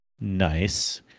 nice